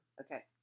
okay